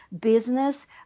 business